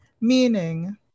meaning